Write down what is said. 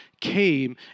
came